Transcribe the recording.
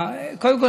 קודם כול,